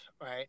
right